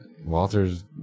Walter's